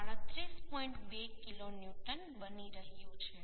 2 kilo newton બની રહ્યું છે